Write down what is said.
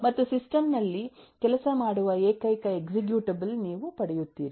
ಮತ್ತು ಸಿಸ್ಟಂ ನಲ್ಲಿ ಕೆಲಸ ಮಾಡುವ ಏಕೈಕ ಎಸ್ಎಕ್ಯೂಟಬಲ್ ನೀವು ಪಡೆಯುತ್ತೀರಿ